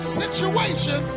situation